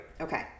Okay